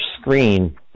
screen